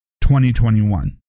2021